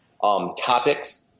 topics